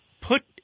put